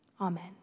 Amen